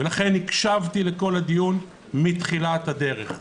לכן הקשבתי לכל הדיון מתחילת הדרך.